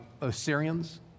Assyrians